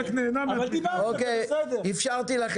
אין לי שום קשר לתנובה.